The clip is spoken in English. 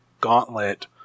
gauntlet